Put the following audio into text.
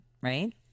right